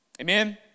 Amen